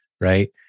right